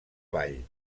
vall